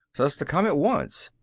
says to come at once.